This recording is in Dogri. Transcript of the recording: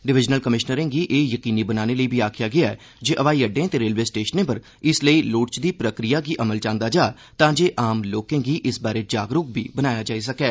डिवीजनल कमिशनरें गी एह् यकीनी बनाने लेई आखेआ गेआ जे ब्हाई अड्डें ते रेलवे स्टेशनें पर इस लेई लोड़चदी प्रक्रिया गी अमल च आंदा जा तांजे आम लोकें गी इस बारै जागरूक बी बनाया जाई सकै